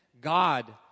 God